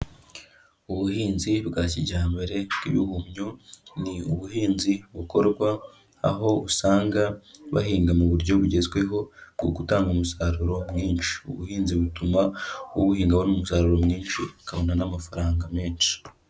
Ubuhinzi bwa kijyambere bw'ibihumyo ni ubuhinzi bukorwa, aho usanga bahinga mu buryo bugezweho bwo gutanga umusaruro mwinshi, ubuhinzi butuma ubuhinga abona umusaruro mwinshi, akabona n'amafaranga menshi.